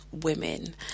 women